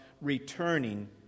returning